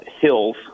Hills